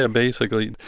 ah basically.